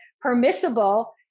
permissible